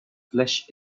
flesh